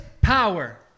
power